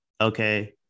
Okay